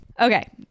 okay